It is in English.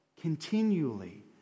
continually